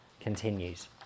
continues